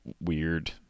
weird